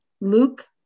Luke